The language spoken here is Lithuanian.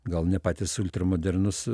gal ne patys ultramodernūs